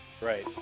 right